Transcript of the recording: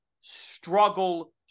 struggle